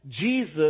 Jesus